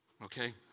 Okay